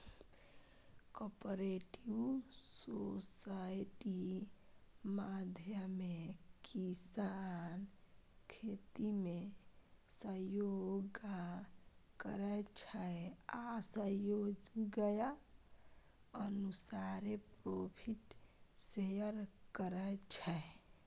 cooperative society माध्यमे किसान खेतीमे सहयोग करै छै आ सहयोग अनुसारे प्रोफिट शेयर करै छै